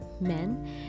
Men